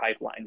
pipelines